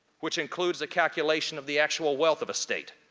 which includes the calculation of the actual wealth of a state.